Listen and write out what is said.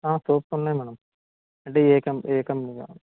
soaps ఉన్నాయి madam అంటే ఏ కం ఏ కంపనీ